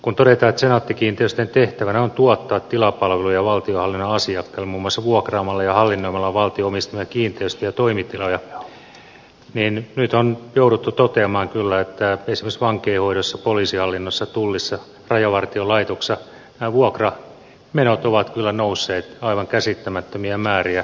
kun todetaan että senaatti kiinteistöjen tehtävänä on tuottaa tilapalveluja valtionhallinnon asiakkaille muun muassa vuokraamalla ja hallinnoimalla valtion omistamia kiinteistöjä ja toimitiloja niin nyt on jouduttu toteamaan kyllä että esimerkiksi vankeinhoidossa poliisihallinnossa tullissa rajavartiolaitoksessa nämä vuokramenot ovat nousseet aivan käsittämättömiä määriä